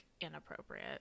inappropriate